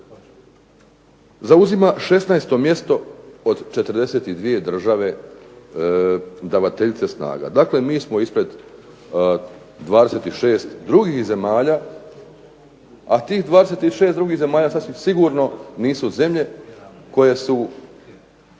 zauzima 16. mjesto od 42 države davateljice snaga. Znači mi smo ispred 26 drugih zemalja, a tih 26 drugih zemalja sasvim sigurno nisu zemlje koje su